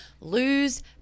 lose